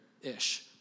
ish